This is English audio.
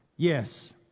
Yes